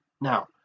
now